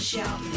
Shout